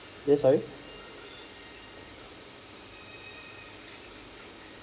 ya sorry